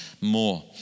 More